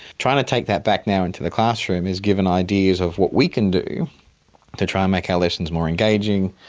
trying to take that back now into the classroom has given ideas of what we can do to try and make our lessons more engaging,